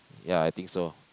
ya I think so